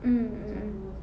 mm mm mm